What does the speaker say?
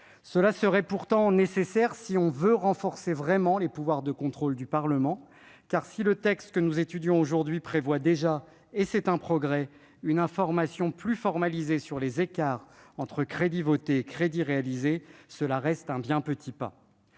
Cela serait pourtant nécessaire pour renforcer les pouvoirs de contrôle du Parlement. En effet, si le texte que nous étudions aujourd'hui prévoit déjà, et c'est une avancée, une information plus formalisée sur les écarts entre crédits votés et crédits réalisés, cela reste un bien petit pas.